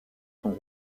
son